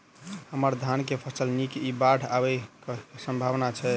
हम्मर धान केँ फसल नीक इ बाढ़ आबै कऽ की सम्भावना छै?